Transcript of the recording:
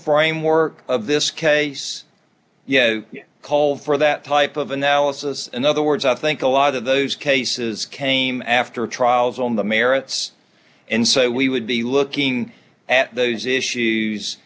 framework of this case you know you call for that type of analysis in other words i think a lot of those cases came after trials on the merits and so we would be looking at those issues